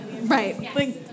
Right